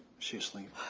she asleep?